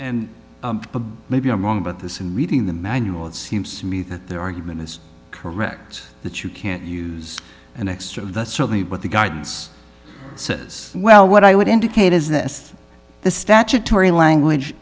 and maybe i'm wrong but this in reading the manual it seems to me that their argument is correct that you can't use an extra of the survey but the guidance says well what i would indicate is this the statutory language